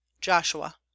joshua